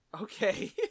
Okay